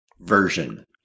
version